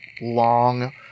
long